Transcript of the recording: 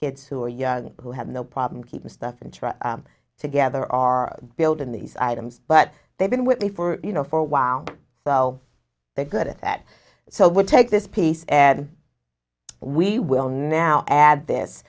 kids who are young who have no problem keeping stuff and together are building these items but they've been with me for you know for a while so they're good at that so we'll take this piece and we will now add this